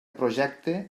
projecte